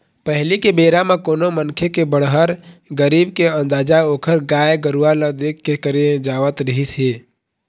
पहिली के बेरा म कोनो मनखे के बड़हर, गरीब के अंदाजा ओखर गाय गरूवा ल देख के करे जावत रिहिस हे